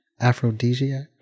Aphrodisiac